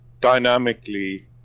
dynamically